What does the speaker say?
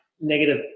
negative